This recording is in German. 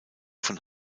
von